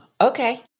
okay